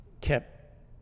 kept